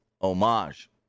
Homage